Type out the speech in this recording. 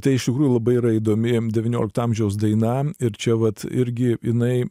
tai iš tikrųjų labai yra įdomi devyniolikto amžiaus daina ir čia vat irgi jinai